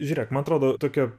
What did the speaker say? žiūrėk man atrodo tokio